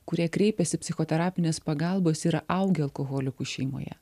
kurie kreipiasi psichoterapinės pagalbos yra augę alkoholikų šeimoje